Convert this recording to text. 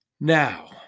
Now